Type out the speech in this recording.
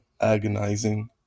agonizing